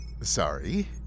Sorry